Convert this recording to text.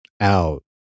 out